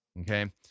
okay